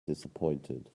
disappointed